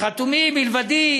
מלבדי